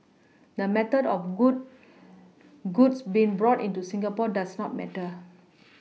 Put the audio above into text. the method of good goods being brought into Singapore does not matter